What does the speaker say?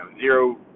zero